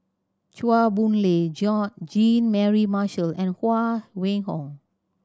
Chua Boon Lay Jean Mary Marshall and Huang Wenhong